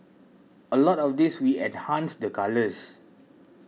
a lot of this we enhanced the colours